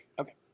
Okay